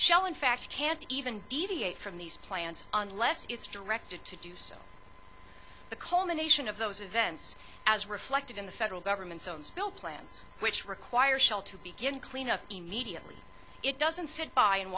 shell in fact can't even deviate from these plans unless it's directed to do so the culmination of those events as reflected in the federal government's own spill plans which require shell to begin cleanup immediately it doesn't sit by and